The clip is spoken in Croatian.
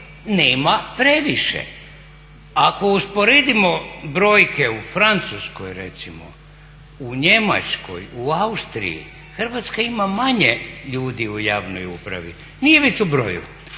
nema previše. Ako usporedimo brojke u Francuskoj recimo, u Njemačkoj, u Austriji Hrvatska ima manje ljudi u javnoj upravi. Nije vic u broju,